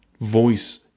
voice